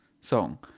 song